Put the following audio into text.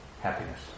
happiness